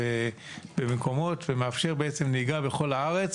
למעשה מאפשר נהיגה בכל הארץ.